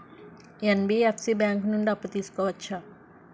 NBFC bank నుండి అప్పు తీసుకోవచ్చా?